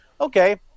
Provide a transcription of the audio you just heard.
okay